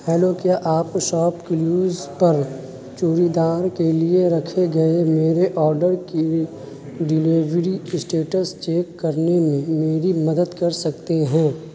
hello کیا آپ shop clues پر چوریدار کے لیے رکھے گئے میرے آڈر کی ڈیلیوری اسٹیٹس چیک کرنے میں میری مدد کر سکتے ہیں